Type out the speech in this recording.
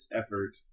effort